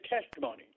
testimony